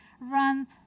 runs